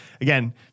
Again